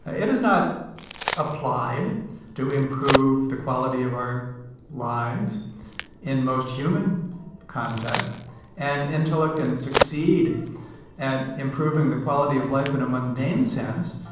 it is not applied to improve the quality of our lives in most human contexts and, until it can succeed at improving the quality of life in a mundane sense,